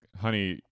honey